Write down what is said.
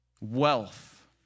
wealth